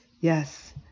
yes